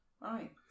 Right